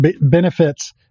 benefits